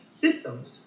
systems